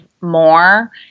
more